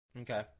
Okay